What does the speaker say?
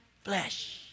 flesh